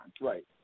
Right